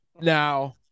Now